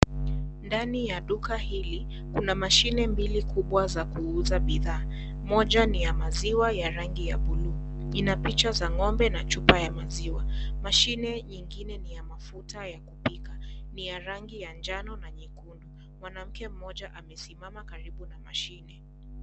Ndani ya duka hili, kuna mashine mbili kubwa za kuuza bidhaa. Moja ni ya maziwa ya rangi ya blue . Ina picha za ng'ombe na chupa ya maziwa. Mashine nyingine ni ya mafuta ya kupika. Ni ya rangi ya njano na nyekundu. Mwanamke mmoja amesimama karibu na mashine.